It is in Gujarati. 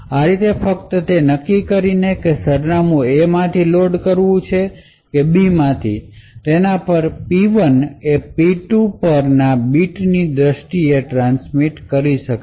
આ રીતે ફક્ત તે નક્કી કરીને કે સરનામું A માંથી લોડ કરવું B માંથી તેના પર P1 એ P2 પર બીટની દ્રષ્ટિએ ટ્રાન્સમિટ કરી શકે છે